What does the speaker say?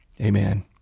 Amen